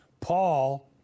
Paul